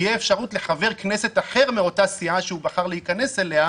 תהיה אפשרות לחבר כנסת אחר מאותה סיעה שהוא בחר להיכנס אליה,